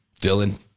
Dylan